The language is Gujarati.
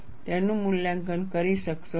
તેનું મૂલ્યાંકન કરી શકશો નહીં